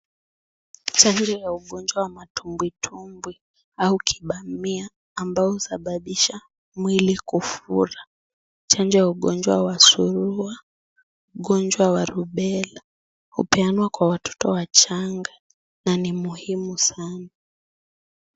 Chanjo ya ugonjwa wa matumbwitumbwi au kibamia ambao husababisha mwili kufura, chanjo ya ugonjwa wa suruha, ugonjwa wa Rubella, hupeanwa kwa watoto wachanga, na ni muhimu sana.